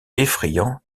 effrayant